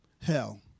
hell